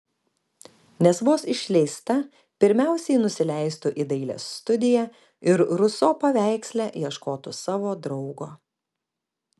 nes vos išleista pirmiausiai nusileistų į dailės studiją ir ruso paveiksle ieškotų savo draugo